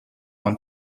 want